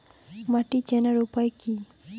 মাটি চেনার উপায় কি?